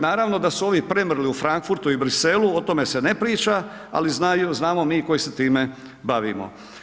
Naravno da su ovi premrli u Frankfurtu i Bruxellesu, o tome se ne priča ali znamo mi koji se time bavimo.